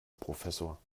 professor